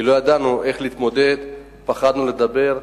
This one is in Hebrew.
כי לא ידענו איך להתמודד, פחדנו לדבר,